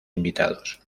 invitados